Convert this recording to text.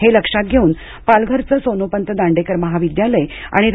हे लक्षात घेऊन पालघरचं सोनोपंत दांडेकर महाविद्यालय आणि रा